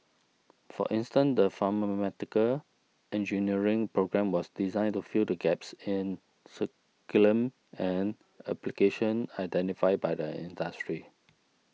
for instance the pharmaceutical engineering programme was designed to fill the gaps in and application identified by the industry